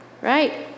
right